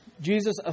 Jesus